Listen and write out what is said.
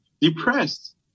depressed